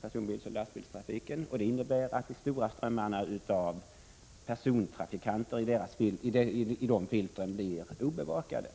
personbilsoch lastbilstrafiken. Det innebär att de stora strömmarna av persontrafikanter i de filtren blir obevakade.